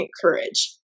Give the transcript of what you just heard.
courage